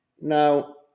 Now